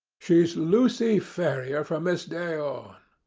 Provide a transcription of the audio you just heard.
she's lucy ferrier from this day on.